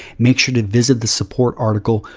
make sure to visit the support article,